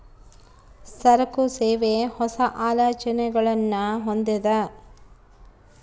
ಸರಕು, ಸೇವೆ, ಹೊಸ, ಆಲೋಚನೆಗುಳ್ನ ಹೊಂದಿದ